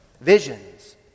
Visions